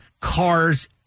cars